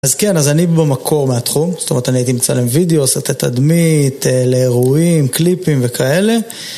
אז כן, אז אני במקור מהתחום, זאת אומרת אני הייתי מצלם וידאו, סרטי תדמית, לאירועים, קליפים וכאלה